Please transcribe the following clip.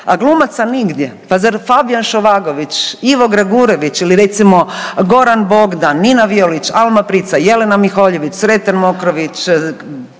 a glumaca nigdje. Pa zar Fabijan Šovagović, Ivo Gregurević ili recimo Goran Bogdan, Nina Violić, Alma Prica, Jelena Miholjević, Sreten Mokrović,